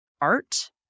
art